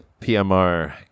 PMR